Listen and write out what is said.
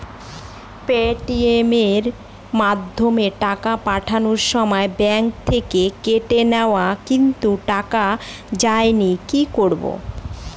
Paytm এর মাধ্যমে টাকা পাঠানোর সময় ব্যাংক থেকে কেটে নিয়েছে কিন্তু টাকা যায়নি কি করব?